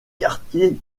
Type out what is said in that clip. quartiers